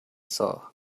saw